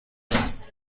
است